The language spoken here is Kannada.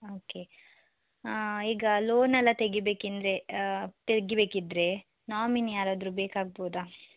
ಓಕೆ ಈಗ ಲೋನೆಲ್ಲ ತೆಗಿಬೇಕಿಂದ್ರೆ ತೆಗಿಬೇಕಿದ್ರೆ ನಾಮಿನಿ ಯಾರಾದರೂ ಬೇಕಾಗ್ಬೌದಾ